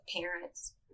parents